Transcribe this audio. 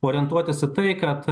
orientuotis į tai kad